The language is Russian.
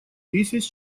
тысяч